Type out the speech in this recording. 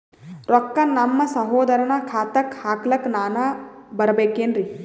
ರೊಕ್ಕ ನಮ್ಮಸಹೋದರನ ಖಾತಾಕ್ಕ ಹಾಕ್ಲಕ ನಾನಾ ಬರಬೇಕೆನ್ರೀ?